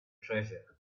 treasure